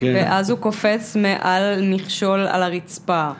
ואז הוא קופץ מעל מכשול על הרצפה.